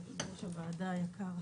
יושב ראש הוועדה היקר.